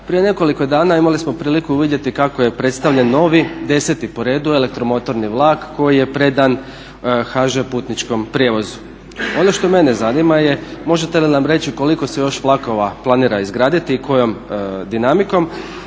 prije nekoliko dana imali smo priliku vidjeti kako je predstavljen novi 10. po redu elektromotorni vlak koji je predan HŽ-Putničkom prijevozu. Ono što mene zanima je možete li nam reći koliko se još vlakova planira izgraditi i kojom dinamikom,